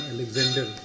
Alexander